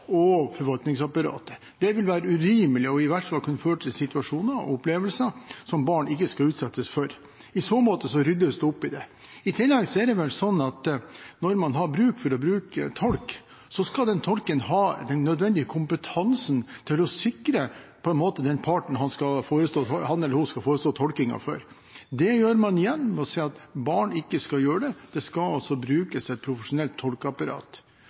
og forvaltningsapparatet. Det vil være urimelig og kan i hvert fall føre til situasjoner og opplevelser som barn ikke skal utsettes for. I så måte ryddes det opp i det. I tillegg er det vel sånn at når man har bruk for en tolk, skal tolken ha den nødvendige kompetansen til å sikre den parten han eller hun skal forestå tolkingen for. Det gjør man igjen ved å si at barn ikke skal gjøre det, det skal altså brukes et profesjonelt